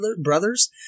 Brothers